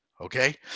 okay